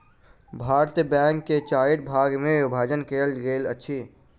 भारतीय बैंक के चाइर भाग मे विभाजन कयल गेल अछि